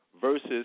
versus